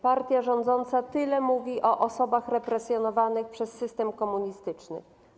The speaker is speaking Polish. Partia rządząca tyle mówi o osobach represjonowanych przez system komunistyczny.